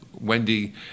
Wendy